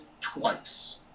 twice